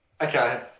Okay